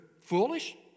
foolish